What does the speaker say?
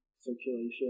circulation